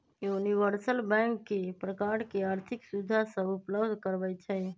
universal bank कय प्रकार के आर्थिक सुविधा सभ उपलब्ध करबइ छइ